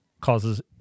causes